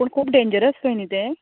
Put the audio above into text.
पूण खूब डेनजरस खंय न्ही ते